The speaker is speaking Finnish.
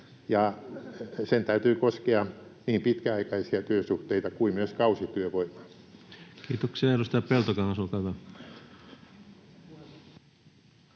sen täytyy koskea niin pitkäaikaisia työsuhteita kuin myös kausityövoimaa. [Speech